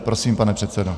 Prosím, pane předsedo.